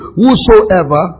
whosoever